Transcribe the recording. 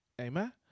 Amen